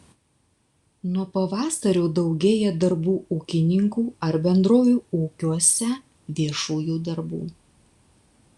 nuo pavasario daugėja darbų ūkininkų ar bendrovių ūkiuose viešųjų darbų